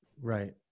right